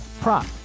prop